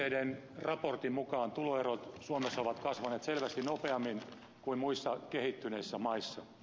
oecdn raportin mukaan tuloerot suomessa ovat kasvaneet selvästi nopeammin kuin muissa kehittyneissä maissa